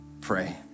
pray